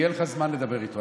יהיה לך זמן לדבר איתו,